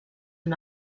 amb